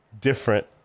different